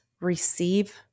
receive